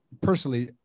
personally